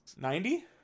Ninety